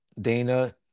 Dana